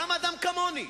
גם אדם כמוני,